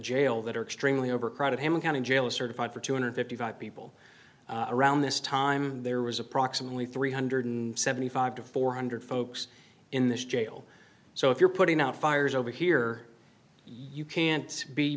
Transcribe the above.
jail that are extremely overcrowded him county jail is certified for two hundred and fifty five people around this time there was approximately three hundred and seventy five two thousand four hundred folks in this jail so if you're putting out fires over here you can't be